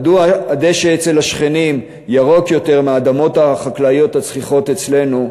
מדוע הדשא אצל השכנים ירוק יותר מהאדמות החקלאיות הצחיחות אצלנו?